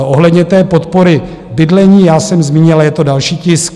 Ohledně podpory bydlení, já jsem zmínil, a je to další tisk.